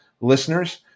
listeners